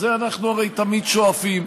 הרי לזה אנחנו תמיד שואפים.